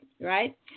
right